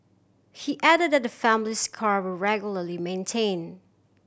he added that the family's cars were regularly maintained